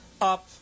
up